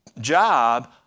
job